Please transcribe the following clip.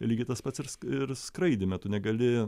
lygiai tas pats ir skraidyme tu negali